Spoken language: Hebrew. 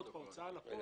אני